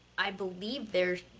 i believe there,